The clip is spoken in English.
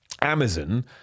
amazon